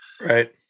Right